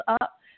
up